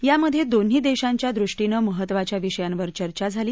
यामधे दोन्ही देशांच्या दृष्टीनं महत्त्वाच्या विषयांवर चर्चा झाली